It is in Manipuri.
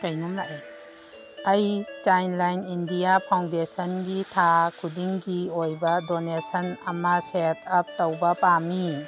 ꯑꯩ ꯆꯥꯏꯜ ꯂꯥꯏꯟ ꯏꯟꯗꯤꯌꯥ ꯐꯥꯎꯟꯗꯦꯁꯟꯒꯤ ꯊꯥ ꯈꯨꯗꯤꯡꯒꯤ ꯑꯣꯏꯕ ꯗꯣꯅꯦꯁꯟ ꯑꯃ ꯁꯦꯠ ꯑꯞ ꯇꯧꯕ ꯄꯥꯝꯃꯤ